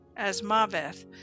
Asmaveth